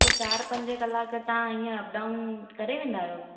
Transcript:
पोइ चारि पंज कलाक तव्हां हीअ अप डाउन करे वेंदा आहियो